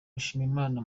mushimiyimana